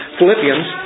Philippians